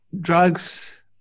drugs